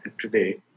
today